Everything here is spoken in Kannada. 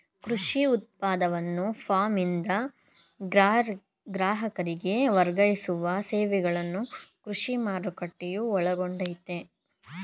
ಕೃಷಿ ಉತ್ಪನ್ನವನ್ನು ಫಾರ್ಮ್ನಿಂದ ಗ್ರಾಹಕರಿಗೆ ವರ್ಗಾಯಿಸುವ ಸೇವೆಗಳನ್ನು ಕೃಷಿ ಮಾರುಕಟ್ಟೆಯು ಒಳಗೊಂಡಯ್ತೇ